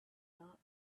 not